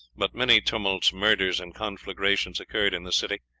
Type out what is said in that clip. but many tumults, murders, and conflagrations occurred in the city,